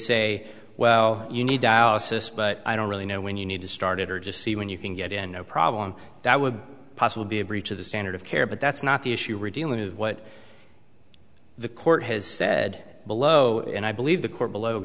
say well you need dialysis but i don't really know when you need to start it or just see when you can get in no problem that would possibly be a breach of the standard of care but that's not the issue we're dealing with what the court has said below and i believe the court below